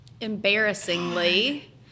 Embarrassingly